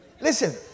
Listen